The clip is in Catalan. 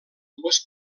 dues